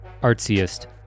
artsiest